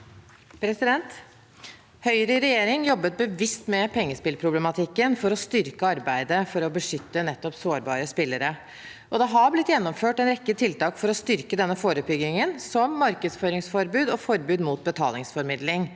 Høyre i regjering jobbet bevisst med pengespillproblematikken for å styrke arbeidet for å beskytte nettopp sårbare spillere. Det har blitt gjennomført en rekke tiltak for å styrke denne forebyggingen, som markedsføringsforbud og forbud mot betalingsformidling.